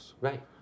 Right